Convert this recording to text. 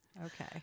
Okay